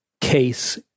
case